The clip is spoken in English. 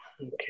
okay